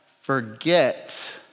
forget